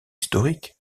historiques